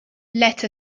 let